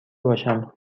باشم